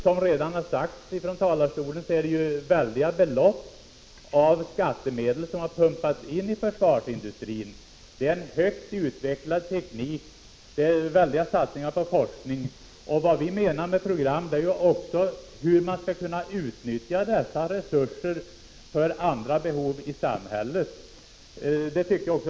Som redan har sagts från talarstolen är det mycket stora belopp av skattemedel som pumpats in i försvarsindustrin. Det är högt utvecklad teknik, och det är stora satsningar på forskning. Vad vi menar är ett program för hur man skall kunna utnyttja dessa resurser för andra behov i samhället.